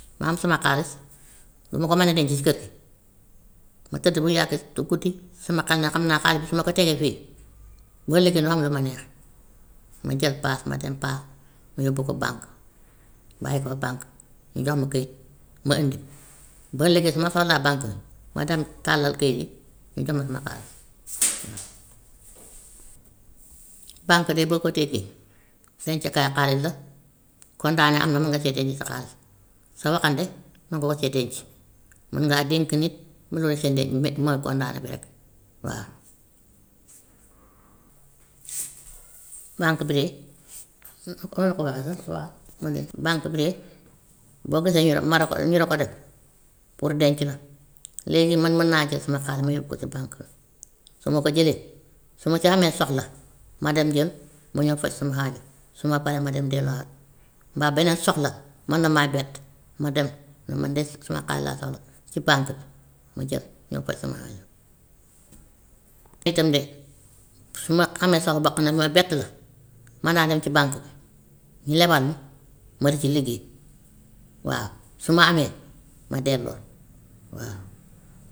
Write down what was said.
Ma am suma xaalis du ma ko mën a denc si kër gi ma tëdd mu yàgg du guddi suma xel ne xam naa xaalis bi su ma ko tegee fii bu ëllëgee du am lu ma neex, ma jël paas ma dem paas ma yóbbu ko banque, bàyyi ko banque ñu jox ma këyit ma indi bu ëllegee su ma soxlaa banque bi ma dem tàllal këyit yi ñu jox ma suma xaalis. Banque de boo ko déggee dencekaayu xaalis la, kondaane am na mën nga see denc sa xaalis, sa waxande mën nga ko cee denc, mun ngaa dénk nit, mën na la see de- be mooy kondaane bi rek waa. Banque bi de ooyee ko banque sax waa man de banque bi de boo gisee ñu ne ma ne ko ñu di ko def pour denc la. Léegi man mun naa jël sama xaalis ma yóbbu ko si banque, su ma ko jëlee su ma ci amee soxla ma dem jël ma ñëw faj sama xaajo su ma paree ma dem dellooxaat, mbaa beneen soxla mën na maay bett ma dem ne ma de suma xaalis laa soxla ci banque bi ma jël ñëw faj suma aajo. Itam de su ma amee sax xew boo xam ne mooy bett nga, mën naa dem ci banque bi ñu lebal ma ma di ci liggéey, waaw su ma amee ma delloo waaw.